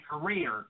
career